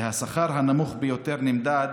והשכר הנמוך ביותר נמדד